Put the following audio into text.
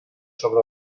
sobre